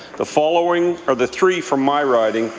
the following are the three from my riding,